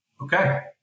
okay